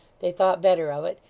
they thought better of it,